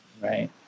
Right